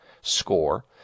Score